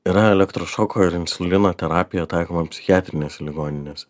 yra elektrošoko ir insulino terapija taikoma psichiatrinėse ligoninėse